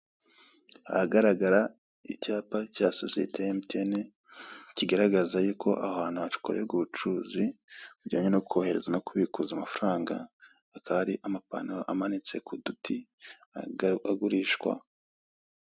Ahagaragara icyapa cya sosiyete ya emutiyeni kigaragaza yuko aho hantu hakorerwa ubucuruzi bujyanye no kohereza no kubikuza amafaranga hakaba hari amapantaro amanitse ku duti agurishwa.